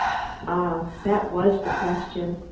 ah! that was the question!